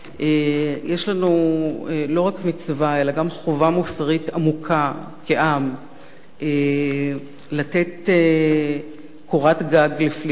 יש לנו לא רק מצווה אלא גם חובה מוסרית עמוקה כעם לתת קורת-גג לפליטים,